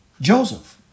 Joseph